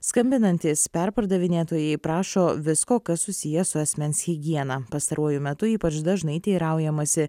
skambinantys perpardavinėtojai prašo visko kas susiję su asmens higiena pastaruoju metu ypač dažnai teiraujamasi